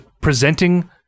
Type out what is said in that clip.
presenting